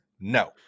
No